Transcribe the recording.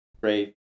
great